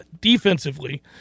Defensively